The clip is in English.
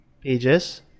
pages